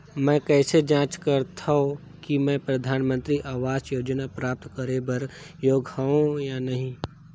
मैं कइसे जांच सकथव कि मैं परधानमंतरी आवास योजना प्राप्त करे बर योग्य हववं या नहीं?